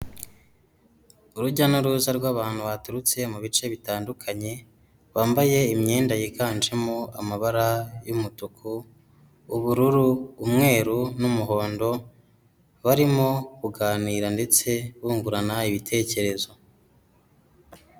Urujya n'uruza rw'abantu baturutse mu bice bitandukanye bambaye imyenda yiganjemo amabara y'umutuku, ubururu, umweru, n'umuhondo barimo kuganira ndetse bungurana ibitekerezo.